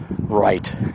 right